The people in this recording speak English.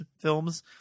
films